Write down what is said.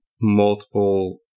multiple